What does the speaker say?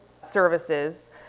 services